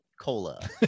cola